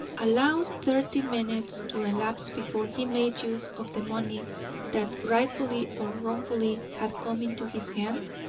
allow thirty-five minutes to elapse before he made use of the money that rightfully or wrongfully had come into his hand?